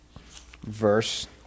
verse